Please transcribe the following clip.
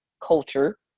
culture